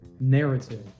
narrative